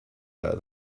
better